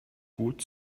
gut